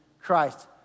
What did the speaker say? Christ